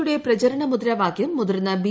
യുടെ പ്രചരണ മുദ്രാവാക്യം മുതിർന്ന ബി